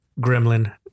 gremlin